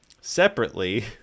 Separately